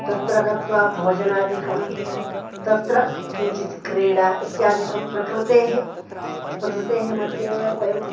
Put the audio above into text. तत्र गत्वा भोजनादिकं तत्र किञ्चित् क्रीडा इत्यादिकं प्रकृतेः प्रकृतेः मध्ये एव वयं